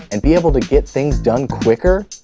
and be able to get things done quicker?